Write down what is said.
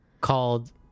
called